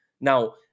Now